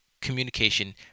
communication